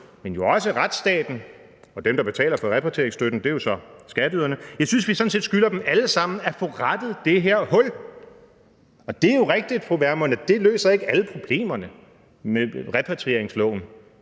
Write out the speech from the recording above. men jo også retsstaten og dem, der betaler for repatrieringsstøtten – det er jo så skatteyderne – altså dem alle sammen, at få rettet det her hul, og det er jo rigtigt, fru Pernille Vermund, at det ikke løser alle problemerne med repatrieringsloven.